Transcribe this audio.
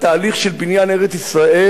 התהליך של בניין ארץ-ישראל,